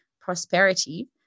prosperity